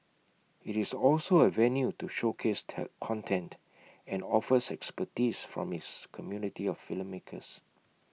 IT is also A venue to showcase content and offers expertise from its community of filmmakers